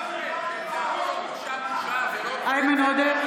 (קוראת בשם חבר הכנסת) איימן עודה,